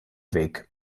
weg